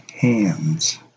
hands